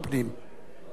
ודאי, מה זה.